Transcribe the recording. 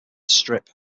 strip